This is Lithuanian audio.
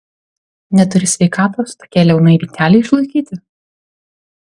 neturi sveikatos tokiai liaunai vytelei išlaikyti